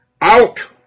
out